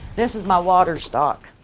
this is my water stock.